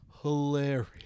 hilarious